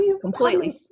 completely